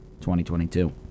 2022